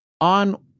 on